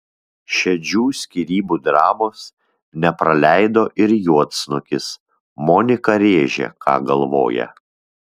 šedžių skyrybų dramos nepraleido ir juodsnukis monika rėžė ką galvoja